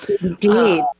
Indeed